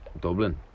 Dublin